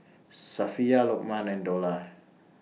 Safiya Lokman and Dollah